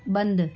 बंदि